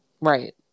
Right